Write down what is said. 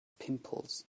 pimples